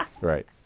Right